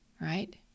Right